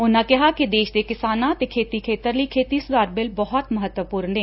ਉਨੂਾਂ ਕਿਹਾ ਕਿ ਦੇਸ਼ ਦੇ ਕਿਸਾਨਾਂ ਅਤੇ ਖੇਤੀ ਖੇਤਰ ਲਈ ਖੇਤੀ ਸੁਧਾਰ ਬਿੱਲ ਬਹੁਤ ਮਹੱਤਵਪੁਰਨ ਨੇ